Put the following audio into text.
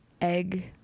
egg